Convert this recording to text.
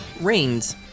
rings